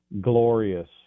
glorious